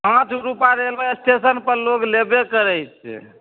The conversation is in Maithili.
पॉँच रूपामे रेलवे स्टेशन पर लोग लेबे करै छै